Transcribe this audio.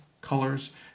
colors